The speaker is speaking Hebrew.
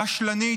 רשלנית,